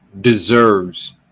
deserves